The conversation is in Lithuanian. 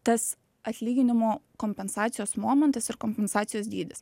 tas atlyginimo kompensacijos momentas ir kompensacijos dydis